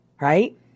right